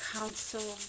Council